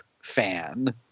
fan